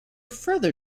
further